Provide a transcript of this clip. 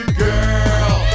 girl